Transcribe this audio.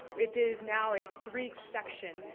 it is now a three section,